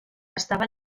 estava